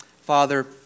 Father